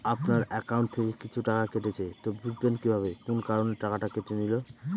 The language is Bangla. আপনার একাউন্ট থেকে কিছু টাকা কেটেছে তো বুঝবেন কিভাবে কোন কারণে টাকাটা কেটে নিল?